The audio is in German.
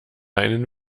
einen